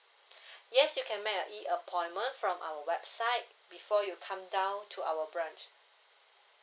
you can make a E appointment from our website before you come down to our branch